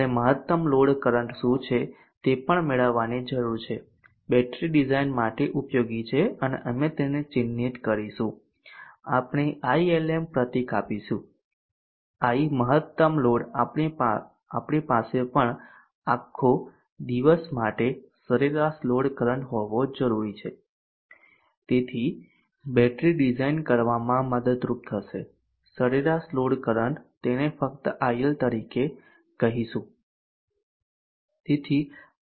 આપણે મહત્તમ load current શું છે તે પણ મેળવવાની જરૂર છે બેટરી ડિઝાઇન માટે ઉપયોગી છે અને અમે તેને ચિહ્નિત કરીશું આપણે આઈએલએમ પ્રતીક આપીશું I મહત્તમ લોડ આપણી પાસે પણ આખો દિવસમાટે સરેરાશ લોડ કરંટ હોવો જરૂરી છે ફરી બેટરી ડિઝાઇન કરવામાં મદદરૂપ થશે સરેરાશ લોડ કરંટ તેને ફક્ત IL તરીકે કહીશું